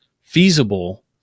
feasible